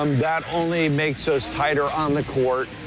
um that only makes us tighter on the court.